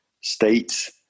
states